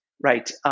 right